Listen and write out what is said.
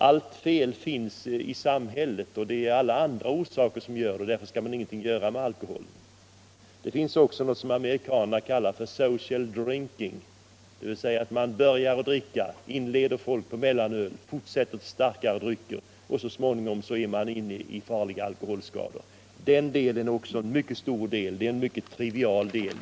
Hela felet finns i samhället och det är andra orsaker som vållar öldrickandet, därför skall man inte göra någonting åt alkoholen. Det finns något som amerikanerna kallar social drinking, dvs. man förmås dricka öl, fortsätter med starkare drycker och så småningom får man farliga alkoholskador. Den delen är också en mycket stor och trivial del.